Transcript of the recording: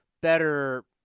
better